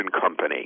company